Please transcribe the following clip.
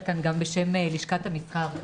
פה גם על דעת לשכת המסחר בהצעה הזאת.